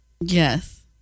Yes